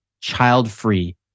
child-free